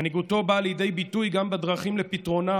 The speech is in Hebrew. מנהיגותו באה לידי ביטוי גם בדרכים לפתרונה,